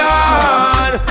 on